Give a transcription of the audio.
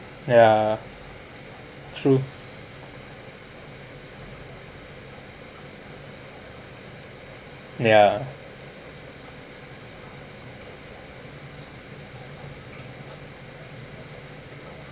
ya true ya